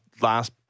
last